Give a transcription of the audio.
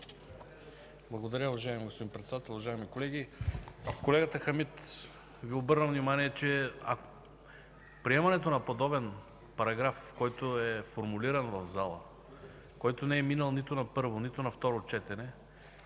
Благодаря, уважаеми господин Председател. Уважаеми колеги, колегата Хамид Ви обърна внимание, че приемането на подобен параграф, формулиран в залата, който не е минал нито на първо, нито на второ четене,